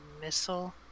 missile